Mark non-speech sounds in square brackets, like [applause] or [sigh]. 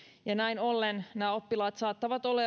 ja näin ollen nämä oppilaat saattavat olla [unintelligible]